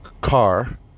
car